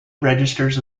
registers